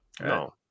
no